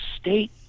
state